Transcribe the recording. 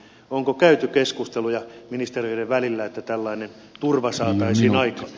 onko käyty keskusteluja ministeriöiden välillä että tällainen turva saataisiin aikaan